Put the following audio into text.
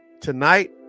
tonight